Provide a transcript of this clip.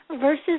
versus